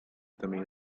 também